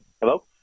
Hello